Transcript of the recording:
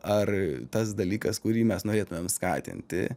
ar tas dalykas kurį mes norėtumėm skatinti